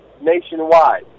nationwide